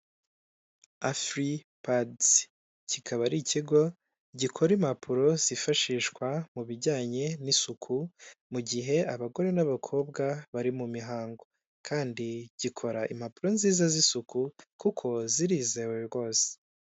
Afree pads kikaba ari ikigo gikora impapuro zifashishwa mu bijyanye n'isuku mu gihe abagore n'abakobwa bari mu mihango kandi gikora impapuro nziza z'isuku kuko zirizewe rwose.